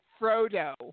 Frodo